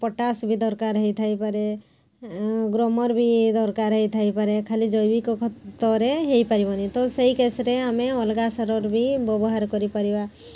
potash ବି ଦରକାର ହେଇଥାଇ ପାରେ ଗ୍ରୋମର ବି ଦରକାର ହେଇଥାଇ ପାରେ ଖାଲି ଜୈବିକ ଖତରେ ହେଇପାରିବନି ତ ସେଇ କେସ୍ରେ ଆମେ ଅଲଗା ସାରର ବି ବ୍ୟବହାର କରିପାରିବା